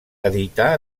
edità